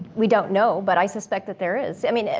we don't know, but i suspect that there is. i mean,